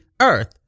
earth